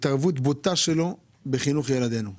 ההתערבות הזאת היא התערבות בוטה בחינוך של הילדים שלנו.